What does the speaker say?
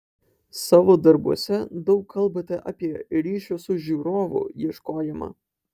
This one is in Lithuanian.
savo darbuose daug kalbate apie ryšio su žiūrovu ieškojimą